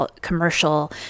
commercial